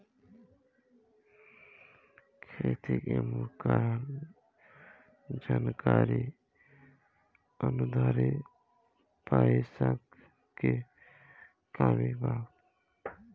खेती के मुख्य कारन जानकारी अउरी पईसा के कमी बा